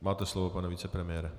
Máte slovo, pane vicepremiére.